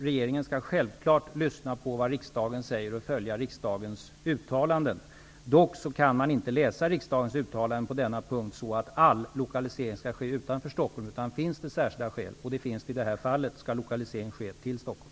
Regeringen skall självklart lyssna på vad riksdagen säger och följa riksdagens uttalanden. Dock kan man inte läsa riksdagens uttalande på denna punkt så att all lokalisering skall ske utanför Stockholm. Finns det särskilda skäl -- och det finns det i det här fallet -- skall lokalisering ske till Stockholm.